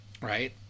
right